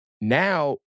Now